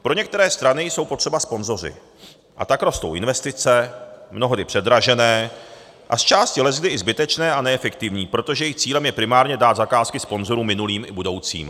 Pro některé strany jsou potřeba sponzoři, a tak rostou investice, mnohdy předražené a zčásti leckdy i zbytečné a neefektivní, protože jejich cílem je primárně dát zakázky sponzorům minulým i budoucím.